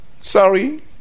sorry